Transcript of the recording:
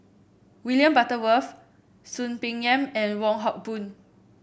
William Butterworth Soon Peng Yam and Wong Hock Boon